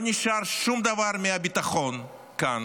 לא נשאר שום דבר מהביטחון כאן